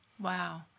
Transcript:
Wow